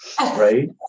right